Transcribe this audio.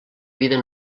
vida